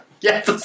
Yes